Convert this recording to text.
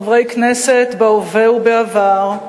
חברי כנסת בהווה ובעבר,